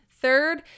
Third